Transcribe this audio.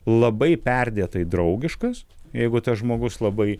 labai perdėtai draugiškas jeigu tas žmogus labai